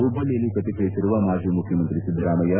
ಹುಬ್ಬಳ್ಳಿಯಲ್ಲಿ ಪ್ರತಿಕ್ರಿಯಿಸಿರುವ ಮಾಜಿ ಮುಖ್ಯಮಂತ್ರಿ ಸಿದ್ದರಾಮಯ್ಯ